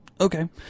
Okay